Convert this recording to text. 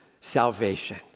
salvation